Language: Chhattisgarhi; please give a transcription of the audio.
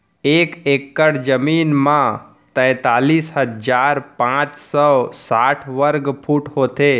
एक एकड़ जमीन मा तैतलीस हजार पाँच सौ साठ वर्ग फुट होथे